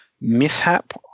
mishap